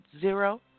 Zero